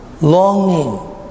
longing